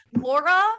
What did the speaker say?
Laura